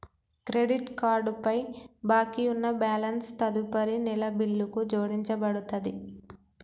credit card పై బాకీ ఉన్న బ్యాలెన్స్ తదుపరి నెల బిల్లుకు జోడించబడతది